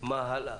מה הלאה.